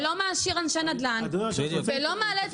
ולא מעשיר אנשי נדל"ן ולא מעלה את